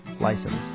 license